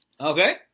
Okay